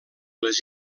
les